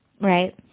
Right